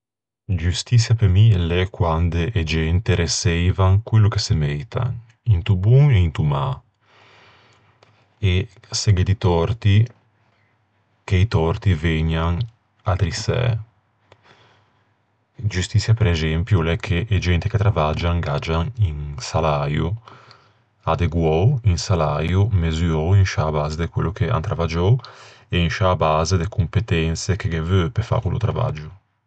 Giustiçia pe mi l'é quande e gente reçeivan quello che se meitan, into bon e into mâ. E se gh'é di tòrti, che i tòrti vëgnan addrissæ. Giustiçia prexempio o l'é che e gente che travaggian gh'aggian un saläio adeguou, un saläio mesuou in sciâ base de quello che an travaggiou e in sciâ base de competense che ghe veu pe fâ quello travaggio.